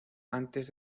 antes